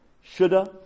Shoulda